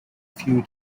few